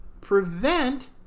prevent